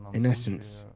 in essence,